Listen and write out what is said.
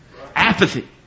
Apathy